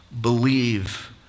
believe